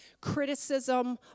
criticism